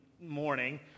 morning